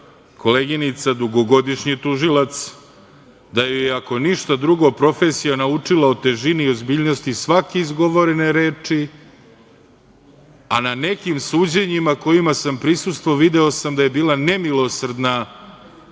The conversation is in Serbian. koleginica dugogodišnji tužilac, da joj je ako ništa drugo profesija naučila o težini i ozbiljnosti svake izgovorene reči, a na nekim suđenjima kojima sam prisustvovao video sam da je bila nemilosrdna